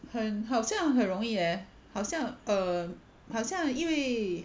很好像很容易 leh 好像 err 好像因为